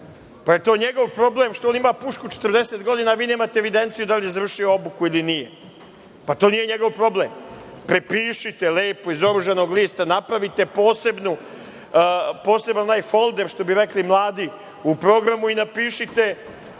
Jel to njegov što on ima pušku 40 godina, a vi nemate evidenciju da li je završio obuku ili nije? To nije njegov problem. Prepišite lepo iz oružanog lista, napravite onaj poseban folder što bi rekli mladi, u programu i napišite